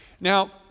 Now